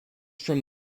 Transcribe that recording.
from